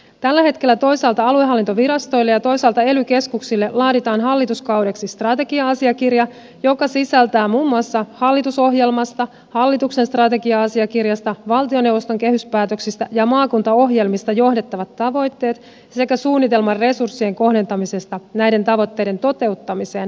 tällä hetkellä toisaalta aluehallintovirastoille ja toisaalta ely keskuksille laaditaan hallituskaudeksi strategia asiakirja joka sisältää muun muassa hallitusohjelmasta hallituksen strategia asiakirjasta valtioneuvoston kehyspäätöksistä ja maakuntaohjelmista johdettavat tavoitteet sekä suunnitelman resurssien kohdentamisesta näiden tavoitteiden toteuttamiseen hallinnonaloittain